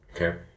Okay